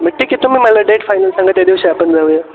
मग ठीक आहे तुमी मला डेट फायनल सांगा त्या दिवशी आपण जाऊया